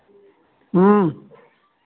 हाँ